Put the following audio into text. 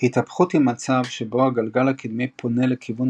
התהפכות היא מצב שבו הגלגל הקדמי פונה לכיוון